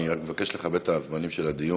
אני רק מבקש לכבד את הזמנים של הדיון.